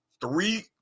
three